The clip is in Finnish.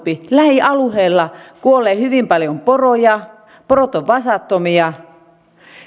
lähialueella kuolee hyvin paljon poroja porot ovat vasattomia